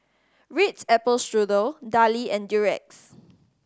Ritz Apple Strudel Darlie and Durex